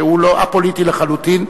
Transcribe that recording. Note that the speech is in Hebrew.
שהוא א-פוליטי לחלוטין,